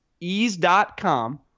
Ease.com